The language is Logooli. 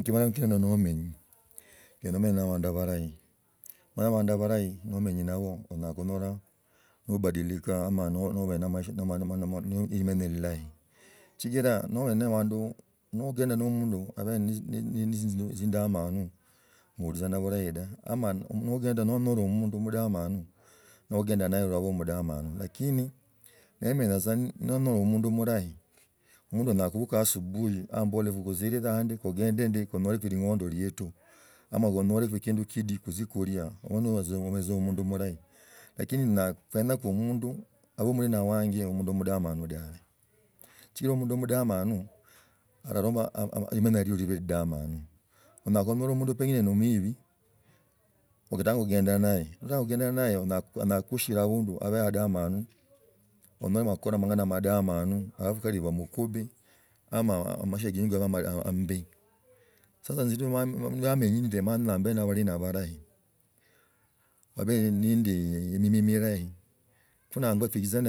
Mukibala okenda nomenyi omenya na abandu burahi omanye abandu barahi nomenyi nnaho onyala kunyoraa nabadilikaa ama nob na amaisha ne limenya lilahi sichira nogenda namundu abe ne tzitabia nola omundu omudamanu, nogenda nnaye olaba mudamanu lakini nomenya tsa no mundu murahi omundu onyala kubuka asubuhi ma ambole vuguzile aha ndi kugendi ndi kunyolaku ling’ondi lietu ama kunyoreku kindu kidi kutzie kuria gena hahu obehe tza omundu murahi, lakini na kuenyako omundu, abe obwene wanje mundu mudamanu dabe sichira omundu mudamanu araloma limenya lilio libe lidamano. Onyala konyora mundu pengine no omwibi ogata kuganda nnaye ogata kugenda nnaye anyara kushira abundu obere adamanu wamuromelaku na amang’ana amadamanu halafu kali bamukuhi ama amaisha genywe gabe ambi sasa si lwa manyi ndi ndenyaa mbe na abalina abalahi, babe nindi emiima mirahi ko nanywa kuigizana